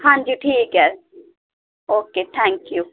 ਹਾਂਜੀ ਠੀਕ ਹੈ ਓਕੇ ਥੈਂਕ ਯੂ